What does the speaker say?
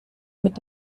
mit